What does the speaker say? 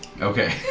Okay